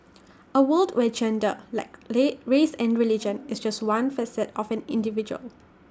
A world where gender like race and religion is just one facet of an individual